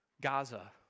Gaza